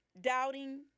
doubting